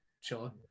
sure